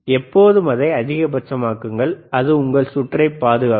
எப்போதும் அதை அதிகபட்சமாக்குங்கள் அது உங்கள் சுற்றை பாதுகாக்கும்